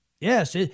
Yes